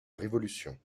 révolution